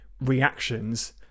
reactions